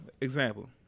example